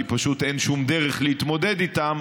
כי פשוט אין שום דרך להתמודד איתן.